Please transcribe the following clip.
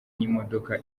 n’imodoka